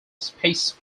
space